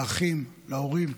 לאחים, להורים.